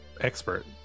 expert